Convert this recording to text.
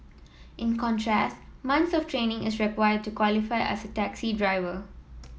in contrast months of training is required to qualify as a taxi driver